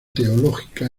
teológica